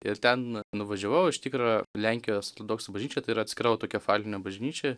ir ten nuvažiavau iš tikro lenkijos ortodoksų bažnyčia tai yra atskira autokefalinė bažnyčia